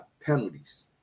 penalties